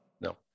no